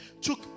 took